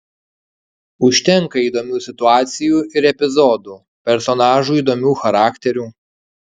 užtenka įdomių situacijų ir epizodų personažų įdomių charakterių